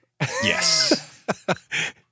yes